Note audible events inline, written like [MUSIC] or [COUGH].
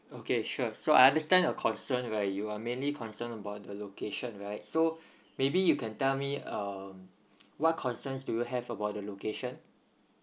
okay sure so I understand your concern where you are mainly concerned about the location right so [BREATH] maybe you can tell me um what concerns do you have about the location